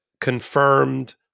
confirmed